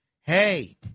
Hey